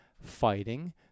fighting